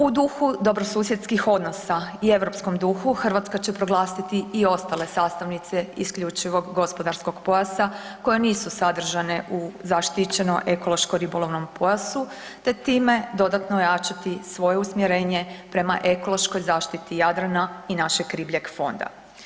U duhu dobrosusjedskih odnosa i europskom duhu Hrvatska će proglasiti i ostale sastavnice isključivog gospodarskog pojasa koje nisu sadržane u zaštićeno ekološko-ribolovnom pojasu te time dodatno ojačati svoje usmjerenje prema ekološkoj zaštiti Jadrana i našeg ribljeg fonda.